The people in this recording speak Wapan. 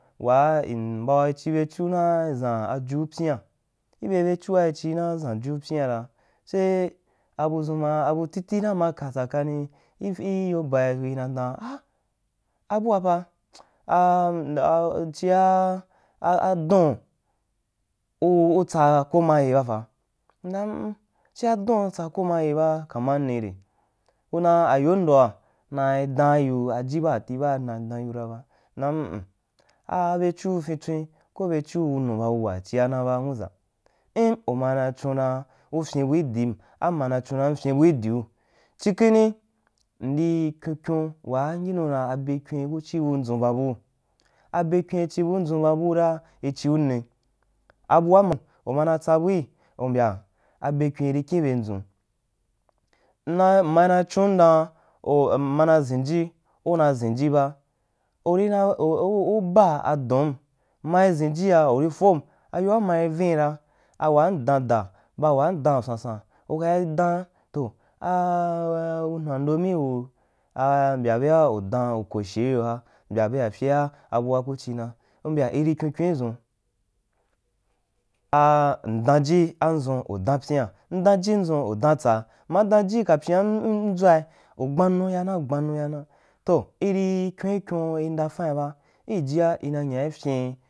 Waa i nu mbau chubechuma iʒan ju pyian, kibe bechua mbau chi jupyian ibe bechua ichi na ʒan ju pyian ra se a budʒun ma pou tifi na ma ka tsakani i-i yobai kui na dam ah abua amaa, pa chia a a don u u tsa komyaye ba pa mda m m chia don utsen ko maya ba kamanni re ku dan ayondoa nai daan yiu aji baati ba m na dan yiu ra ba mdam m m abechuu fintswen ko abe chuu wunu ba wuwa chiana ba nwuʒa, in u mave chun u fyin bu idin amaja chorum fyin bu idiu chi kini mdi kyen kyen waa myina da abe kyui ku chi bun dʒun babuu abe kyui chi budʒun ba bura i chinni? A bua mma. Umana tsa bui umbya abekyim be iri kyin bendʒun mna mm a na chundan um ma na ʒinji unai ʒinji ba uri na u ba adom, mnai ʒīnjia uri fom aypa mmao vunra awaa ma dan da ba ukaa m dan san san ukai dan toh a wumua ndoni woh aa mbya bea u dan u koshe yo mbya bea fyea abea ku chin uma u mbya iri kyin kyun idʒun, a a mdanji andʒun u dan pyian m danji ndʒun u dan tsaa mm danji ndʒun u dan tsaa mm dangi kapyan mma mdʒwai u gban nu yane ugbanu yana, toh in kyin kyon ndafain ba ki jiji ina nya ifyen